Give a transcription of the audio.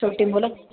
छोटी मुलं